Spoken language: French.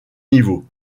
niveaux